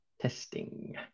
testing